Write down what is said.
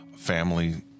Family